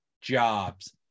jobs